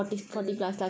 mmhmm